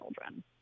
children